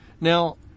Now